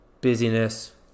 busyness